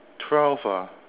twelve ah